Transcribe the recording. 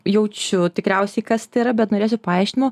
jaučiu tikriausiai kas tai yra bet norėčiau paaiškino